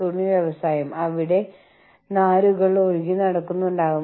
മറ്റൊരു ആശയം international orientation ആണ്